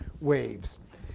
waves